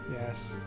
Yes